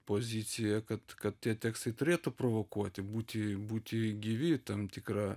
pozicija kad kad tie tekstai turėtų provokuoti būti būti gyvi tam tikra